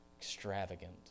Extravagant